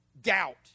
doubt